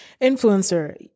influencer